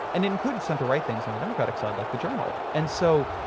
and included center right things on the democratic side, like the journal. and so,